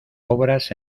obras